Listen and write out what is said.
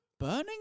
Burning